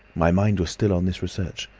my mind was still on this research,